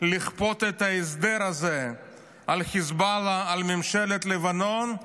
לכפות את ההסדר הזה על חיזבאללה, על ממשלת לבנון,